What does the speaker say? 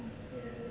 ya